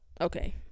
okay